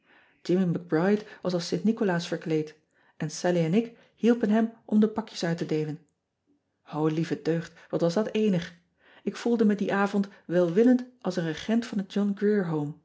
c ride was als t icolaas verkleed en allie en ik hielpen hem om de pakjes uit te deelen lieve deugd wat was dat eenig k voelde me dien avond welwillend als een regent van het ohn